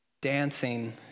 dancing